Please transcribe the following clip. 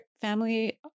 family